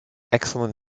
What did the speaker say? excellent